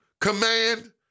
command